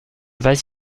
vas